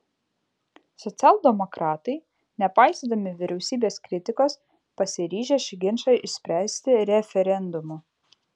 socialdemokratai nepaisydami vyriausybės kritikos pasiryžę šį ginčą išspręsti referendumu